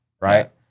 right